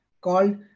called